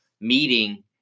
meeting